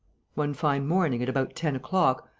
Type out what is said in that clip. one fine morning, at about ten o'clock,